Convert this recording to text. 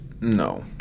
No